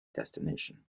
destination